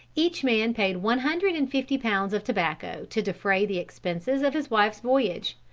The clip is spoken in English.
each man paid one hundred and fifty pounds of tobacco to defray the expenses of his wife's voyage.